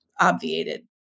obviated